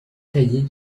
taillé